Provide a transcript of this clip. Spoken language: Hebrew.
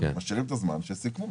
משאירים את הזמן של הסיכום.